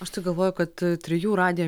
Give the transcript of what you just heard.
aš tai galvoju kad trijų radiją